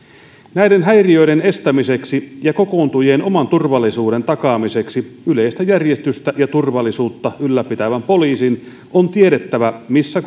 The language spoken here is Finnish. näiden häiriöiden estämiseksi ja kokoontujien oman turvallisuuden takaamiseksi yleistä järjestystä ja turvallisuutta ylläpitävän poliisin on tiedettävä missä